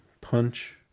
punch